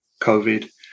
COVID